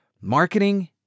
Marketing